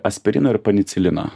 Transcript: aspirino ir panicilino